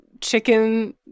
chicken